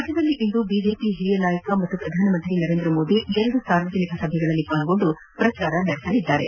ರಾಜ್ಞದಲ್ಲಿಂದ BJP ಹಿರಿಯ ನಾಯಕ ಪಾಗೂ ಪ್ರಧಾನಮಂತ್ರಿ ನರೇಂದ್ರ ಮೋದಿ ಸಾರ್ವಜನಿಕ ಸಭೆಗಳಲ್ಲಿ ಪಾಲ್ಗೊಂಡು ಪ್ರಚಾರ ಕೈಗೊಳ್ಳಲಿದ್ದಾರೆ